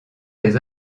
des